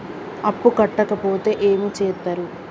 అప్పు కట్టకపోతే ఏమి చేత్తరు?